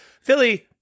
philly